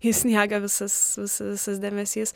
į sniegą visas visas dėmesys